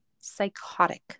psychotic